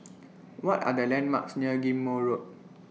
What Are The landmarks near Ghim Moh Road